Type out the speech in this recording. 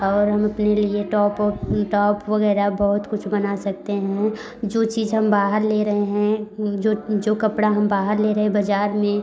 और हम अपने लिए टॉप ऑप टॉप वगैरह बहुत कुछ बना सकते हैं जो चीज हम बाहर ले रहे हैं जो जो कपड़ा हम बाहर ले रहे हैं बाजार में